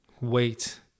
wait